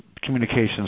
communications